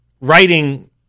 writing